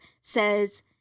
says